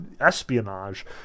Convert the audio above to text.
espionage